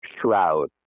Shroud